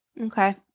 Okay